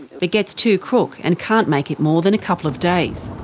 but gets too crook and can't make it more than a couple of days.